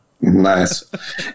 Nice